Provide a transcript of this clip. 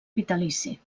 vitalici